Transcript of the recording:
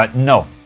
but no,